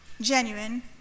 genuine